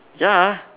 ya